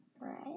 right